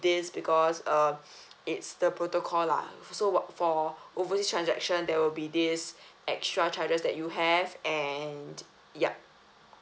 this because uh it's the protocol lah so wh~ for overseas transaction there will be this extra charges that you have and yup